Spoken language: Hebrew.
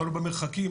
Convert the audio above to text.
תלוי במרחקים,